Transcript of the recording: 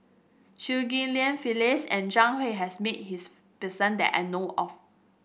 Chew Ghim Lian Phyllis and Zhang Hui has met this person that I know of